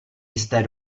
jisté